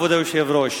כבוד היושב-ראש,